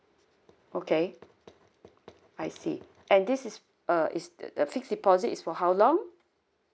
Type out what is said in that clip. okay I see and this is uh is uh fixed deposit is for how long